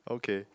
okay